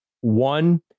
one